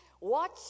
Watch